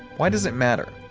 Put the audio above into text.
why does it matter?